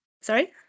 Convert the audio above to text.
sorry